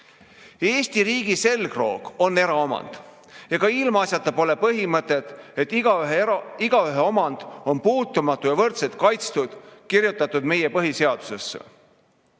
Eesti riigi selgroog on eraomand. Ega ilmaasjata pole põhimõtet, et igaühe omand on puutumatu ja võrdselt kaitstud, kirjutatud meie põhiseadusesse.